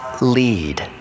lead